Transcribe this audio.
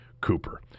Cooper